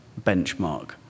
benchmark